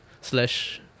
Slash